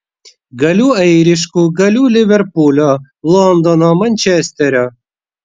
galiu airišku galiu liverpulio londono mančesterio